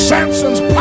Samson's